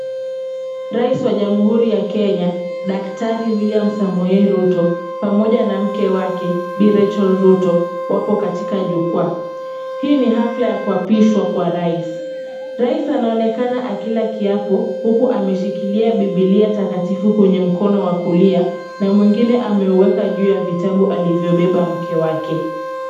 Rais wa Jamhuri ya Kenya Daktari William Samoei Ruto, pamoja na mke wake Bi Rachel Ruto wapo katika jukwaa. Hii ni hafla ya kuapishwa kwa rais. Rais anaonekana akila kiapo, huku ameshikilia Bibilia takatifu kwenye mkono wa kulia, na mwingine ameueka juu ya vitabu alivyobeba mke wake.